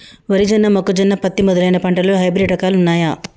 వరి జొన్న మొక్కజొన్న పత్తి మొదలైన పంటలలో హైబ్రిడ్ రకాలు ఉన్నయా?